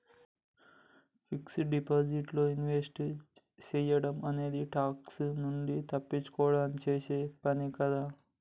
fixed deposit లో invest సేయడం అనేది ట్యాక్స్ నుంచి తప్పించుకోడానికి చేసే పనే కదా